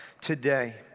today